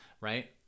right